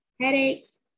headaches